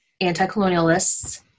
anti-colonialists